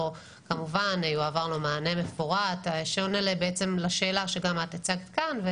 וכמובן יועבר לו מענה מפורט שעונה לשאלה שגם את הצגת כאן.